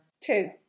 Two